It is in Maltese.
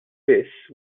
biss